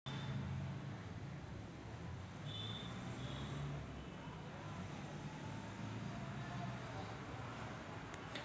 भांडवलाची किंमत ही कंपनीला भांडवल पुरवण्याची अपेक्षा गुंतवणूकदारांना अपेक्षित असलेला किमान परतावा असतो